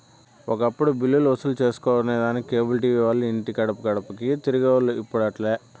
ఒకప్పుడు బిల్లులు వసూలు సేసుకొనేదానికి కేబుల్ టీవీ వాల్లు ఇంటి గడపగడపకీ తిరిగేవోల్లు, ఇప్పుడు అట్లాలే